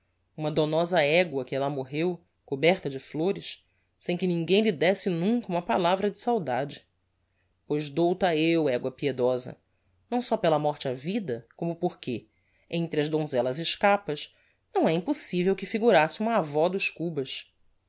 pelopidas uma donosa egua que lá morreu coberta de flores sem que ninguem lhe désse nunca uma palavra de saudade pois dou ta eu egua piedosa não só pela morte havida como porque entre as donzellas escapas não é impossivel que figurasse uma avó dos cubas